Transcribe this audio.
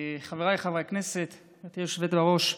חבריי חברי הכנסת, גברתי היושבת-ראש,